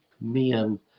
men